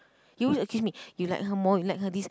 you always accuse me you like her more you like her this